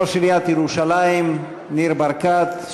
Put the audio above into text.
ראש עיריית ירושלים ניר ברקת,